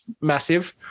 massive